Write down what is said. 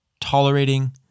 tolerating